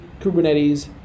Kubernetes